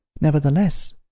nevertheless